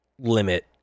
limit